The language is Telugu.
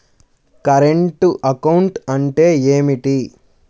కరెంటు అకౌంట్ అంటే ఏమిటి?